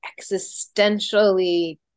existentially